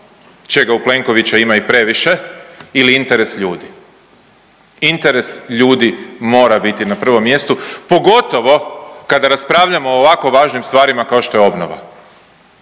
čega u Plenkovića ima i previše ili interes ljudi. Interes ljudi mora biti na prvom mjestu pogotovo kada raspravljamo o ovako važnim stvarima kao što je obnova.